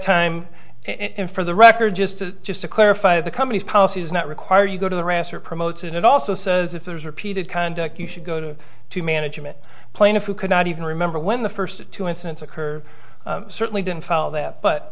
time and for the record just to just to clarify the company's policy does not require you go to the raster promotes it also says if there's repeated conduct you should go to to management plan if you cannot even remember when the first two incidents occur certainly didn't follow that but